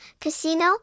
casino